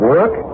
Work